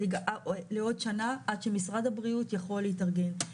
לעוד שנה עד שמשרד הבריאות יכול להתארגן.